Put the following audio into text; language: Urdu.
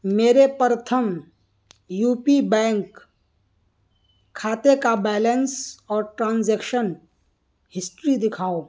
میرے پرتھم یو پی بینک کھاتے کا بیلنس اور ٹرانزیکشن ہسٹری دکھاؤ